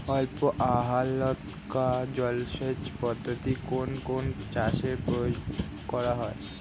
অল্পহালকা জলসেচ পদ্ধতি কোন কোন চাষে প্রয়োগ করা হয়?